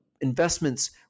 investments